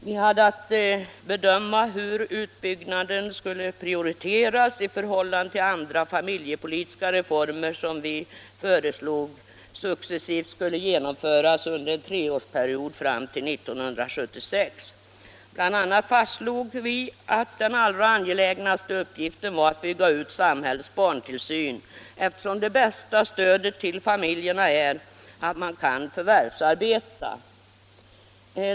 Vi hade att bedöma huruvida utbyggnaden skulle prioriteras i förhållande till andra familjepolitiska reformer som vi föreslog skulle successivt genomföras under en treårsperiod fram till 1976. BI. a. fastslog vi att den allra angelägnaste uppgiften var att bygga ut samhällets barntillsyn, eftersom det bästa stödet till familjerna är att man kan förvärvsarbeta.